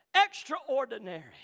extraordinary